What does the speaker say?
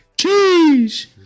Cheese